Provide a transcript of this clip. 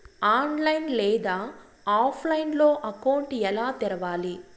online లేదా ఆఫ్లైన్లో account ఎలా తెరవాలి